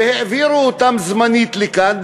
והעבירו אותם זמנית לכאן,